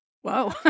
Whoa